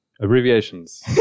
abbreviations